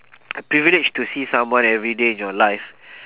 privilege to see someone everyday in your life